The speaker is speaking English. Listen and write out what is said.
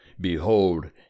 Behold